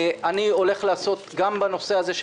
אני הולך לעשות גם בנושא הזה,